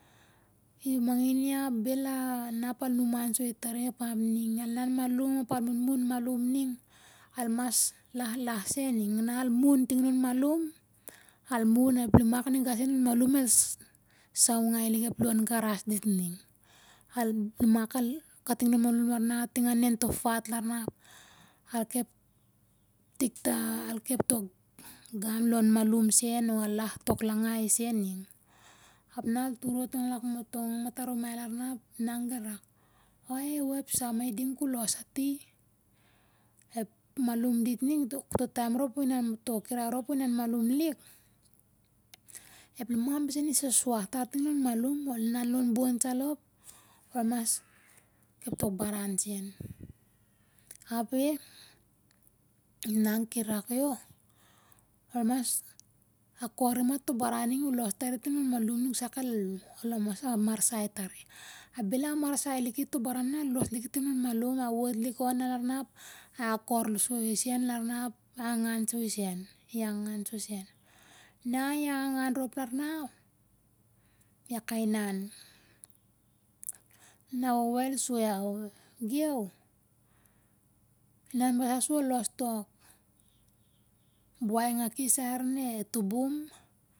I mangin iau ap bel a nap al numan soi tar i ep ap ning. Al an malum, ap al munmun, munmun, malum ning, al mas la'h la'h sen ning. Na al mun ting lon malum, al mun ep limak ninga sen lon malum el saungai lik ep lon garas dit ning. Ep limak kating lo malum lar na kating anen te fa't lar na, al kep tok gam lon malum o al la'h tok langai sen ning. Ap na al tur o't tong an matarumai lar na, e nang bel rak, "wai, e, u, ep sa ma iding ku lo's ati? Ep malum dit ning, to'h taian rop u inan lon malum, ep limam besen i susuah tar ting lon malum. Lon bo'n sa lo, ol mas kep tok baran sen. Ap e'h". E nang ki rak. Ol mas akur ma into' baran ning na u lo's tari ting lon malum sak el, ol amarsai tari. Bel a amarsai liki to' baran na los liki tin lon malum, a vo't liki on na lar na ap a aker soi sen na lar na ia angan soi sen, angan soi sen. Na angan rop lar na ap ia ka inan. Na e wowo el soi iau, geu, inan basa sur ol lo's tok buai ngaki sai arine tubum.